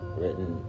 written